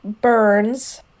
Burns